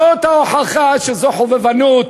זו ההוכחה שזו חובבנות.